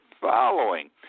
following